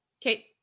Kate